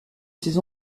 ses